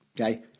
Okay